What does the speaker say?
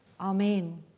Amen